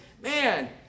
man